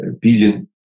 billion